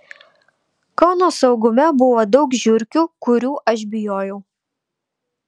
kauno saugume buvo daug žiurkių kurių aš bijojau